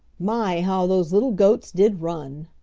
my, how those little goats did run!